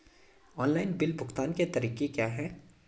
Online bill भुगतान के तरीके क्या हैं?